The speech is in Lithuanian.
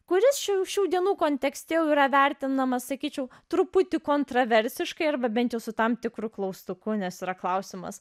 kuris šių šių dienų kontekste jau yra vertinamas sakyčiau truputį kontroversiškai arba bent jau su tam tikru klaustuku nes yra klausimas